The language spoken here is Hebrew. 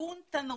תיקון תנור.